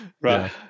Right